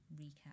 recap